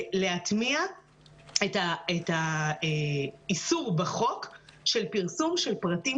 להטמיע את האיסור בחוק של פרסום של פרטים